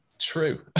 true